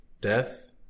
death